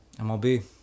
MLB